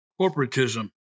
corporatism